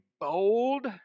bold